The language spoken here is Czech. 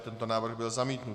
Tento návrh byl zamítnut.